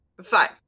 Fine